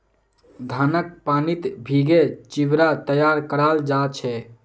धानक पानीत भिगे चिवड़ा तैयार कराल जा छे